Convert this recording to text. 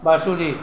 basundi